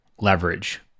leverage